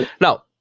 Now